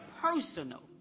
personal